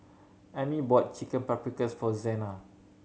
Ammie bought Chicken Paprikas for Zena